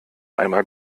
einmal